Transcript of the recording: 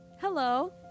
Hello